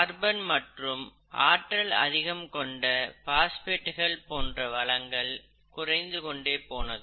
carbon மற்றும் ஆற்றல் அதிகம் கொண்ட பாபாஸ்பேட்டுகள் போன்ற வளங்கள் குறைந்து கொண்டே போனது